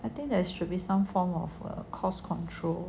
I think there should be some form of a cost control